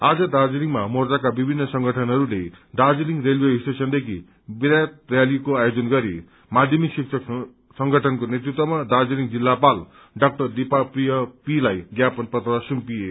आज दार्जीलिङमा मोर्चाका विभिन्न संगठनहरूले दार्जीलिङ रेलवे स्टेशनदेखि विराट रैलीको आयोजन गरी माध्यमिक शिक्षक संगठनको नेतृत्वमा दार्जीलिङ जिल्लापाल डाक्टर दीपाप्रिय पी लाई ज्ञापन पत्र सुम्पिए